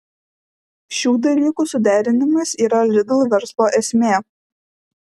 šių dalykų suderinimas yra lidl verslo esmė